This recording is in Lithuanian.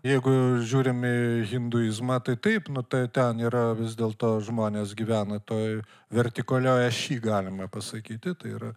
jeigu žiūrim į hinduizmą tai taip nu tai ten yra vis dėlto žmonės gyvena toj vertikalioj ašy galima pasakyti tai yra